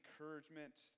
encouragement